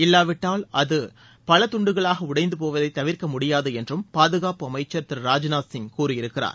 இல்லாவிட்டால் அந்த நாடு பல துண்டுகளாக உடைந்து போவதை தவிர்க்க முடியாது என்றும் பாதுகாப்பு அமைச்சர் திரு ராஜ்நாத் சிங் கூறியிருக்கிறார்